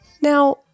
Now